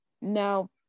Now